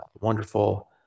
wonderful